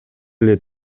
эле